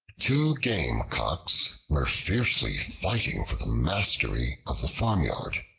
two game cocks were fiercely fighting for the mastery of the farmyard.